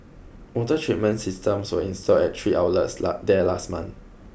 water treatment systems were installed at three outlets last there last month